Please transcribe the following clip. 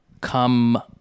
come